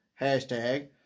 hashtag